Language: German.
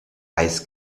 eis